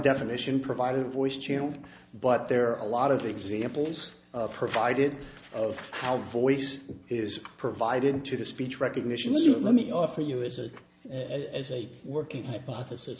definition provided voice channel but there are a lot of examples provided of how voice is provided to the speech recognition you let me offer you is a as a working hypothesis